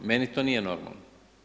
Meni to nije normalno.